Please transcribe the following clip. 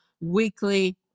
weekly